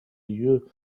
lieu